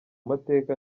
mateka